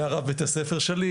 זה היה רב בית הספר שלי,